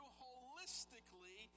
holistically